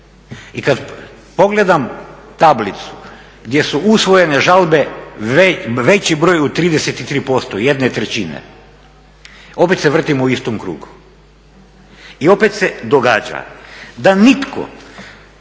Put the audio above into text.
I kad pogledam tablicu gdje su usvojene žalbe, veći broj u 33% jedne trećine, opet se vrtimo u istom krugu. I opet se događa da nitko,